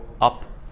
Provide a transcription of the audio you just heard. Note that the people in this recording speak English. up